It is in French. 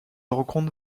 rencontre